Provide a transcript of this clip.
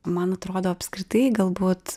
man atrodo apskritai galbūt